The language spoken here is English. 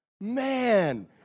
Man